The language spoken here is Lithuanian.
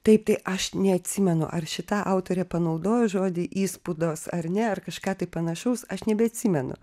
taip tai aš neatsimenu ar šita autorė panaudojo žodį įspūdos ar ne ar kažką tai panašaus aš nebeatsimenu